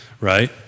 right